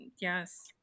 Yes